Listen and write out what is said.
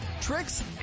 tricks